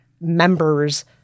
members